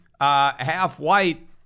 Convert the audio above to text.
half-white